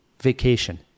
vacation